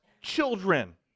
children